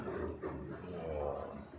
!wah!